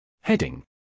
Heading